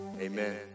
Amen